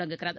தொடங்குகிறது